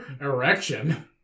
erection